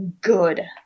good